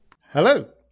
Hello